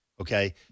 okay